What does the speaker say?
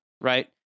right